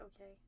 okay